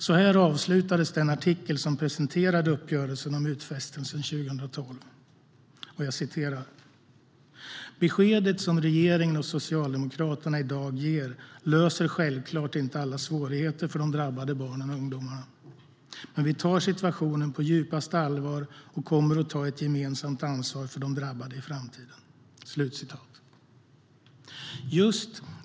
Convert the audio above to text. Så här avslutades den artikel som presenterade uppgörelsen om utfästelsen 2012: Beskedet som regeringen och Socialdemokraterna i dag ger löser självklart inte alla svårigheter för de drabbade barnen och ungdomarna. Men vi tar situationen på djupaste allvar, och vi kommer att ta ett gemensamt ansvar för de drabbade i framtiden.